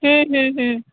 ᱦᱢ ᱦᱢ ᱦᱢ